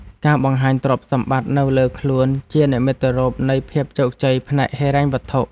ការបង្ហាញទ្រព្យសម្បត្តិនៅលើខ្លួន ជានិមិត្តរូបនៃភាពជោគជ័យផ្នែកហិរញ្ញវត្ថុ។